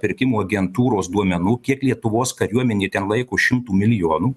pirkimų agentūros duomenų kiek lietuvos kariuomenė ten laiko šimtų milijonų